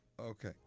Okay